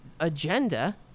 Agenda